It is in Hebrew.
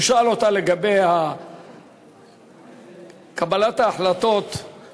הוא שאל אותה לגבי קבלת ההחלטות על